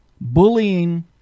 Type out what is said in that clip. bullying